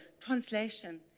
translation